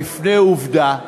בפני עובדה,